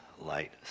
light